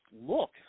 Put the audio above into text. look